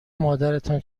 مادرتان